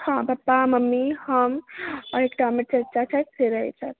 हँ papa mummy हम आओर एकटा हमर चाचा छथि से रहैत छथि